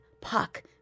Puck